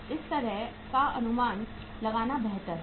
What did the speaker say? इसलिए इस तरह का अनुमान लगाना बेहतर है